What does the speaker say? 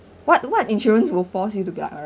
what what insurance will force you to get uh